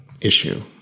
issue